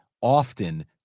often